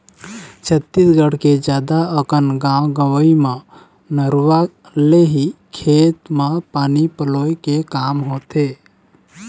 छत्तीसगढ़ के जादा अकन गाँव गंवई म नरूवा ले ही खेत म पानी पलोय के काम होथे